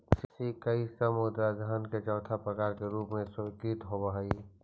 सिक्का इ सब मुद्रा धन के चौथा प्रकार के रूप में स्वीकृत होवऽ हई